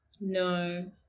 no